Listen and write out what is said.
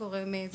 האוכלוסין.